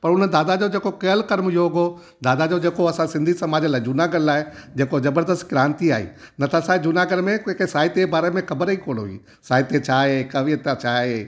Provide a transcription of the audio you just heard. पर हुन दादा जो जेको कयल करम योग हुओ दादा जो जेको असां सिंधी सामाज जे लाइ जूनागढ़ लाइ जेको जबरदस्तु क्रांती आहे न त असांजे जूनागढ़ में कोई के साहित्य जे बारे में ख़बर ई कोन्ह हुई साहित्य छा आहे कविता छा आहे